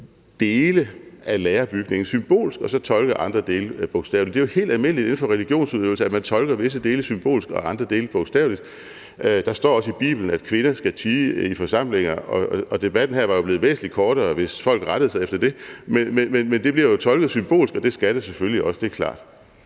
dele af lærebygningen symbolsk og så tolke andre dele bogstaveligt. Det er jo helt almindeligt inden for religionsudøvelse, at man tolker visse dele symbolsk og andre dele bogstaveligt. Der står også i Bibelen, at kvinder skal tie i forsamlinger, og debatten her var jo blevet væsentlig kortere, hvis folk rettede sig efter det. Men det bliver jo tolket symbolsk, og det skal det selvfølgelig også; det er klart.